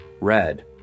red